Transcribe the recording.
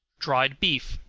dried beef.